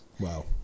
Wow